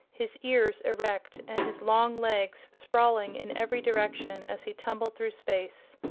his ears erect and his long legs sprawling in every direction as he tumbled through space.